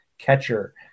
catcher